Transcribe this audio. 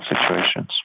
situations